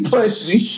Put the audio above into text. Pussy